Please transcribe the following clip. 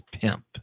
pimp